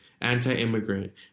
anti-immigrant